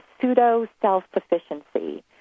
pseudo-self-sufficiency